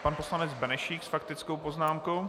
Pan poslanec Benešík s faktickou poznámkou.